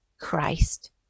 Christ